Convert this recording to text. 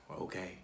okay